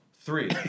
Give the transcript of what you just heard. three